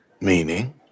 Meaning